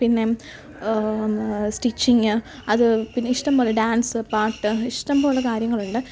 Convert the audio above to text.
പിന്നെ സ്റ്റിച്ചിങ് അത് പിന്നെ ഇഷ്ടംപോലെ ഡാൻസ് പാട്ട് ഇഷ്ടംപോലെ കാര്യങ്ങളുണ്ട്